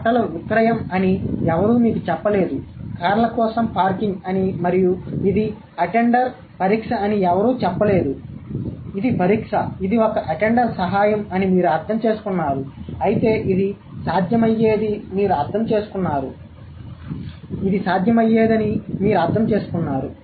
బట్టల విక్రయం అని ఎవరూ మీకు చెప్పలేదు కార్ల కోసం పార్కింగ్ అని మరియు ఇది అటెండర్ పరీక్ష అని ఎవరూ చెప్పలేదు ఇది పరీక్ష ఇది ఒక అటెండర్ సహాయం అని మీరు అర్థం చేసుకున్నారు అయితే ఇది సాధ్యమయ్యేదని మీరు అర్థం చేసుకున్నారు